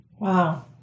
Wow